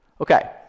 Okay